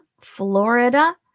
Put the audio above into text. Florida